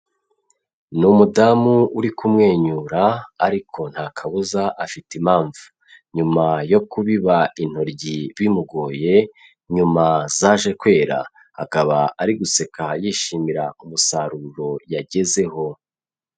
Ni numudamu uri kumwenyura ariko nta kabuza afite impamvu, nyuma yo kubiba intoryi bimugoye nyuma zaje kwera, akaba ari guseka yishimira umusaruro yagezeho.